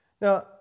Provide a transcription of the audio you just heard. Now